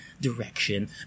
direction